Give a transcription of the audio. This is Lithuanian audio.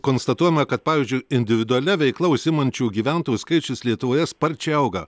konstatuojama kad pavyzdžiui individualia veikla užsiimančių gyventojų skaičius lietuvoje sparčiai auga